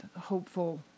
hopeful